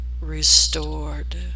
restored